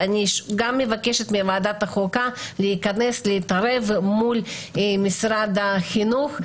אני מבקשת גם מוועדת החוקה להיכנס ולהתערב מול משרד החינוך,